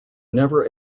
never